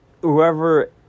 whoever